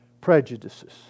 prejudices